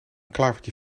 klavertje